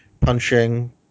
punching